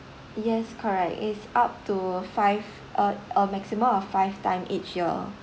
yes correct it's up to five a a maximum of five time each year